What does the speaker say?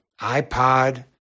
iPod